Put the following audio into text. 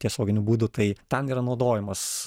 tiesioginiu būdu tai ten yra naudojamas